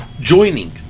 joining